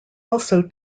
also